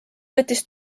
võttis